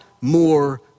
more